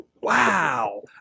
Wow